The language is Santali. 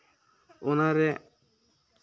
ᱚᱱᱟ ᱨᱮ